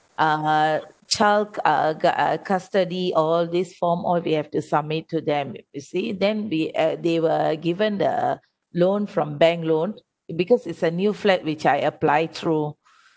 uh child uh custody all this form all they have to submit to them you see then we uh they were given the loan from bank loan it because it's a new flat which I applied through